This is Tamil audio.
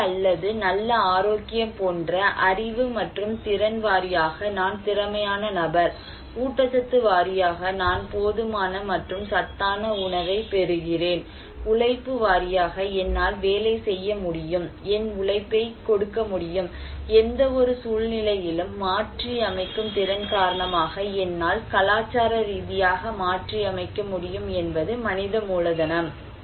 கல்வி அல்லது நல்ல ஆரோக்கியம் போன்ற அறிவு மற்றும் திறன் வாரியாக நான் திறமையான நபர் ஊட்டச்சத்து வாரியாக நான் போதுமான மற்றும் சத்தான உணவைப் பெறுகிறேன் உழைப்பு வாரியாக என்னால் வேலை செய்ய முடியும் என் உழைப்பைக் கொடுக்க முடியும் எந்தவொரு சூழ்நிலையிலும் மாற்றியமைக்கும் திறன் காரணமாக என்னால் கலாச்சார ரீதியாக மாற்றியமைக்க முடியும் என்பது மனித மூலதனம்